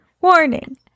Warning